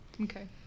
Okay